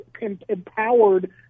empowered